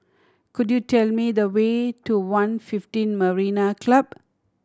could you tell me the way to One fifteen Marina Club